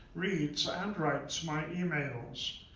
reads and writes my emails.